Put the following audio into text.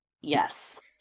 Yes